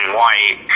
white